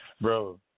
Bro